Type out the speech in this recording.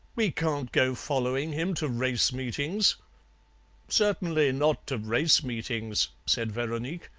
we can't go following him to race-meetings certainly not to race-meetings said veronique,